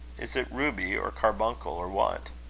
is it ruby, or carbuncle, or what?